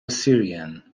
syrian